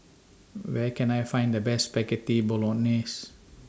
Where Can I Find The Best Spaghetti Bolognese